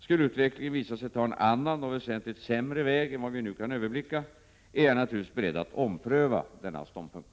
Skulle utvecklingen visa sig ta en annan och väsentligt sämre väg än vad vi nu kan överblicka, är jag naturligtvis beredd att ompröva denna ståndpunkt.